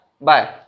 bye